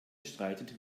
streitet